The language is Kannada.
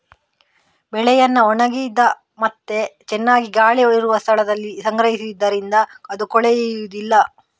ಬೆಳೆಯನ್ನ ಒಣಗಿದ ಮತ್ತೆ ಚೆನ್ನಾಗಿ ಗಾಳಿ ಇರುವ ಸ್ಥಳದಲ್ಲಿ ಸಂಗ್ರಹಿಸುದರಿಂದ ಅದು ಕೊಳೆಯುದಿಲ್ಲ